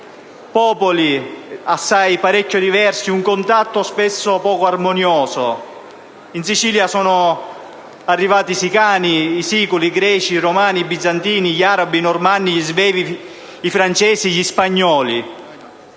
popoli assai diversi, un contatto spesso poco armonioso. In Sicilia sono arrivati i Sicani, i Siculi, i Greci, i Romani, i Bizantini, gli Arabi, i Normanni, gli Svevi, i Francesi e gli Spagnoli.